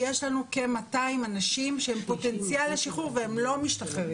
יש לנו כ-200 אנשים שהם פוטנציאל לשחרור והם לא משתחררים.